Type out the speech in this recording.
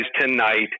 tonight